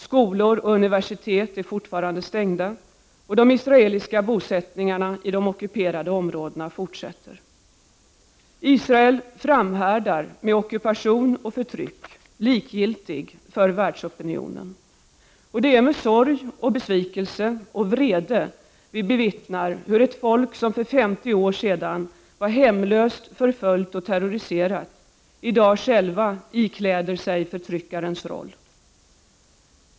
Skolor och universitet är fortfarande stängda. De israeliska bosättningarna i de ockuperade områdena fortsätter. Israel framhärdar med ockupation och förtryck, likgiltigt för världsopinionen. Det är med sorg, besvikelse och vrede vi bevittnar hur ett folk som för 50 år sedan var hemlöst, förföljt och terroriserat, i dag självt ikläder sig förtryckarens roll.